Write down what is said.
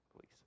please